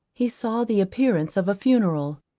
he saw the appearance of a funeral.